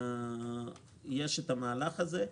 יש את המהלך הזה,